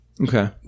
Okay